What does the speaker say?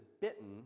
bitten